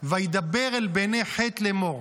וידבר אל בני חת לאמר".